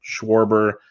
Schwarber